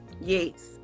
yes